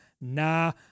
nah